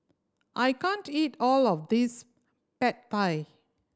I can't eat all of this Pad Thai